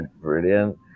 brilliant